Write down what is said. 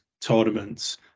tournaments